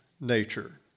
nature